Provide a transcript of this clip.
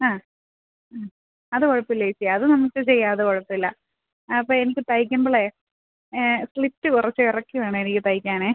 ആ അത് കുഴപ്പമില്ല ചേച്ചി അത് നമുക്ക് ചെയ്യാം അത് കുഴപ്പമില്ല അപ്പം എനിക്ക് തയിക്കുമ്പോൾ സ്ലിറ്റ് കുറച്ച് ഇറക്കി വേണേ എനിക്ക് തയിക്കാൻ